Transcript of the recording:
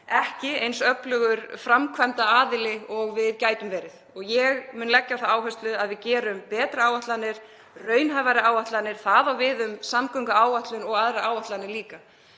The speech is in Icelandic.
ekki eins öflugur framkvæmdaaðili og það gæti verið og ég mun leggja á það áherslu að við gerum betri áætlanir, raunhæfari áætlanir. Það á við um samgönguáætlun og aðrar áætlanir líka.